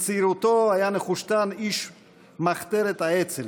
בצעירותו היה נחושתן איש מחתרת האצ"ל.